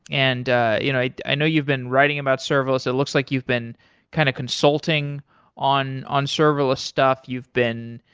and you know i i know you've been writing about serverless. it looks like you've been kind of consulting on on serverless stuff. you've been,